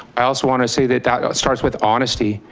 i also wanna say that that starts with honesty,